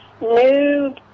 new